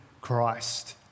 Christ